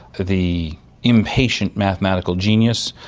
the impatient mathematical genius,